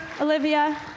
Olivia